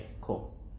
cool